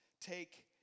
take